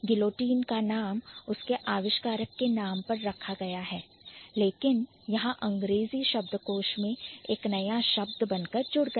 guillotine का नाम उसके आविष्कारक के नाम पर रखा गया है लेकिन यहां अंग्रेजी शब्दकोश में एक नया शब्द बनकर जुड़ गया